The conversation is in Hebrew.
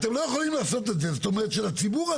כל הנושא של ניהול התורים אבל לא רק,